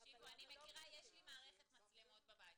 יש לי מצלמות בבית.